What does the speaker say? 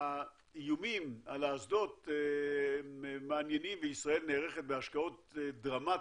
האיומים על האסדות מעניינים וישראל נערכת בהשקעות דרמטיות,